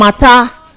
matter